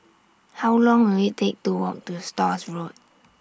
How Long Will IT Take to Walk to Stores Road